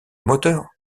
moteur